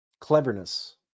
cleverness